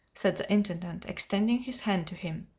said the intendant, extending his hand to him,